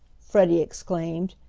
freddie exclaimed,